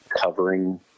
covering